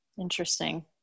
Interesting